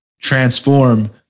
Transform